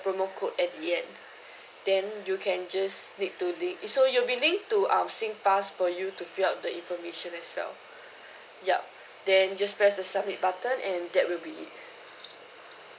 promo code at the end then you can just need to link so you'll be linked to err singpass for you to fill up the information as well yup then just press the submit button and that will be it